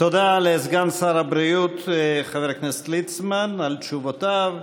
תודה לסגן שר הבריאות חבר הכנסת ליצמן על תשובותיו.